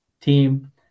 team